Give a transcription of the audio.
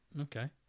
okay